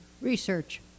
Research